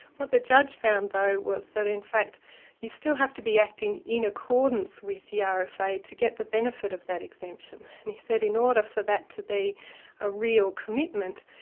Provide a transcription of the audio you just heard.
what the judge found though was that in fact you still have to be acting in accordance with the yeah rfa to get the benefit of that exemption. and he said in order for that to be a real commitment,